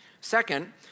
Second